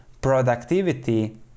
productivity